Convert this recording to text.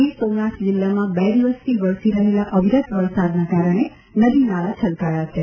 ગીર સોમનાથ જીલ્લામાં બે દિવસથી વરસી રહેલા અવિરત વરસાદના કારણે નદી નાળા છલકાયા છે